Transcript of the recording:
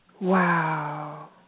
Wow